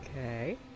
Okay